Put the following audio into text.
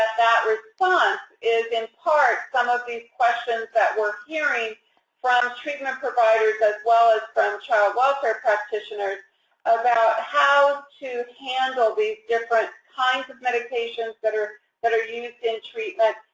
that response is in part some of these questions that we're hearing from treatment providers, as well as from child welfare practitioners about how to handle these different kinds of medications that are that are used in treatment,